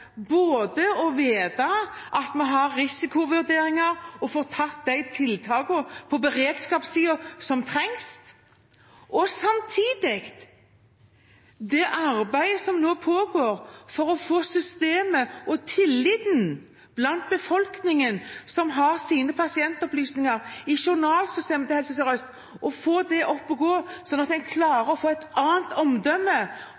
å vite at vi både har risikovurderinger og får iverksatt de tiltakene på beredskapssiden som trengs, samtidig som det pågår et arbeid for å få systemet og tilliten blant befolkningen som har sine pasientopplysninger i journalsystemet til Helse Sør-Øst, opp å gå, slik at en